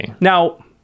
Now